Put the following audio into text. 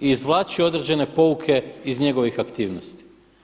i izvlači određene pouke iz njegovih aktivnosti.